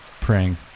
praying